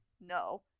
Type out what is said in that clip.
no